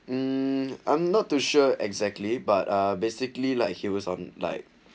um I'm not too sure exactly but basically like he was on like